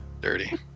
Dirty